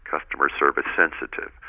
customer-service-sensitive